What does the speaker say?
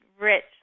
rich